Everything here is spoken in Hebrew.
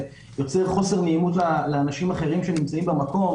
זה דבר שיוצר חוסר נעימות לאנשים אחרים שנמצאים במקום.